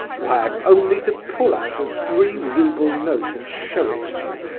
why, i've only to pull out a three-rouble note and show it to you,